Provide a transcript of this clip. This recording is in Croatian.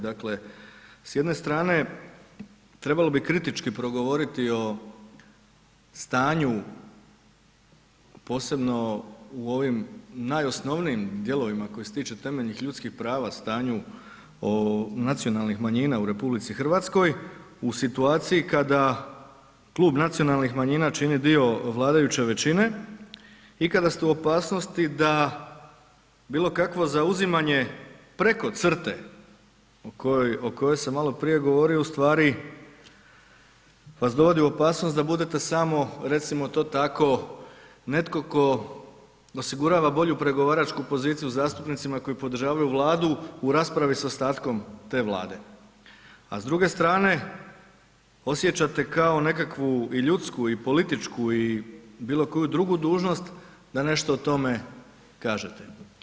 Dakle, s jedne strane trebalo bi kritički progovoriti o stanju posebno u ovim najosnovnijim dijelovima koji se tiču temeljnih ljudskih prava, stanju o nacionalnih manjina u RH u situaciji kada Klub nacionalnih manjina čini dio vladajuće većine i kada ste u opasnosti da bilo kakvo zauzimanje preko crte o kojoj sam malo prije govorio u stvari vas dovodi u opasnost da budete samo, recimo to tako netko tko osigurava bolju pregovaračku poziciju zastupnicima koji podržavaju Vladu u raspravi s ostatkom te Vlade, a s druge strane osjećate kao nekakvu i ljudsku i političku i bilo koju drugu dužnost da nešto o tome kažete.